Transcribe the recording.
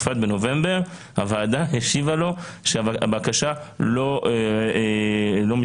נובמבר, והוועדה השיבה לו שהבקשה לא מתקבלת.